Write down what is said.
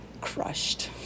crushed